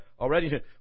already